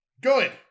Good